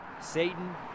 Satan